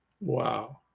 wow